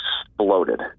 exploded